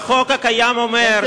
שהחוק הקיים אומר,